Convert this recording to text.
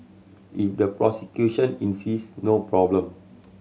if the prosecution insist no problem